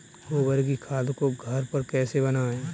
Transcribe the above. गोबर की खाद को घर पर कैसे बनाएँ?